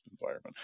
environment